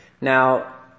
Now